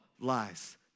lies